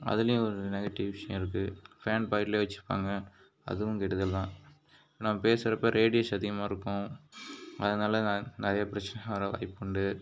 அதுலேயும் ஒரு நெகட்டிவ் விஷயம் இருக்கு பேண்ட் பாக்கெட்லேயே வச்சு இருப்பாங்க அதுவும் கெடுதல்தான் நம்ம பேசுகிறப்ப ரேடியேஷன் அதிகமாக இருக்கும் அதனால் நிறைய பிரச்சனை வர வாய்ப்பு உண்டு